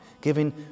giving